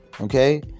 Okay